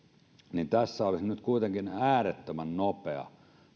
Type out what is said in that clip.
ja tässä olisi nyt kuitenkin äärettömän nopea